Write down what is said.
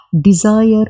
desire